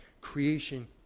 creation